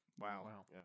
Wow